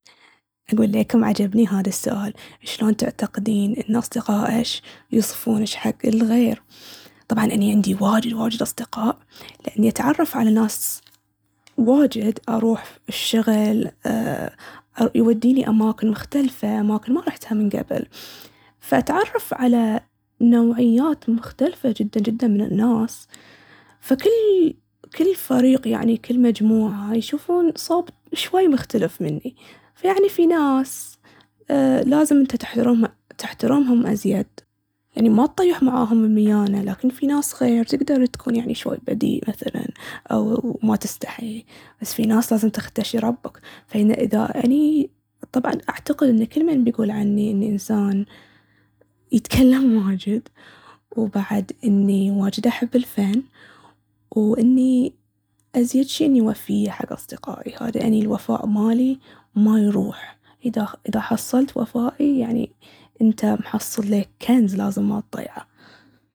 أقول ليكم عجبني هذا السؤال: شلون تعتقدين إن أصدقاءش يوصفونش حق الغير؟ طبعاً أني عندي واجد واجد أصدقاء، يعني أتعرف على ناس واجد، أروح الشغل أ- يوديني أماكن مختلفة، أماكن ما رحتها من قبل. فأتعرف على نوعيات مختلفة جداً جداً من الناس، فكل- كل فريق يعني، كل مجموعة يشوفون صوب شوي مختلف مني. يعني في ناس أ- لازم انته تحترمها- تحترمهم أزيد، يعني ما تطيح معاهم الميانة. لكن في ناس غير تقدر تكون شوي بذيء مثلاً، أو ما تستحي، بس في ناس لازم تختشي ربك. أما إذا أني، طبعاً أعتقد إن كل مين بيقول عني إني إنسان يتكلم واجد، وبعد إني واجد أحب الفن، و إني أزيد شي إني وفية حق أصدقائي. هاذا أني الوفاء مالي ما يروح، اذا حصلت وفائي يعني انته محصل ليك كنز لازم ما تضيعه.